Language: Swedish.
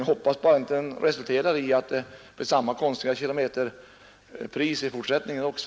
Jag hoppas bara att den inte resulterar i att det blir samma konstiga kilometerpris i fortsättningen också.